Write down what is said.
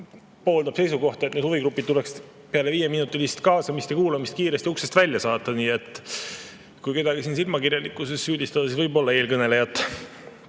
pooldab seisukohta, et need huvigrupid tuleks peale viieminutilist kaasamist ja kuulamist kiiresti uksest välja saata. Nii et kui siin kedagi silmakirjalikkuses süüdistada, siis võib-olla eelkõnelejat